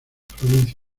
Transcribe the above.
provincias